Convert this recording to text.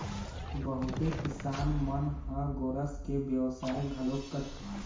बहुते किसान मन ह गोरस के बेवसाय घलोक करथे